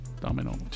Domino